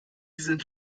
sind